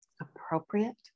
appropriate